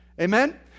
Amen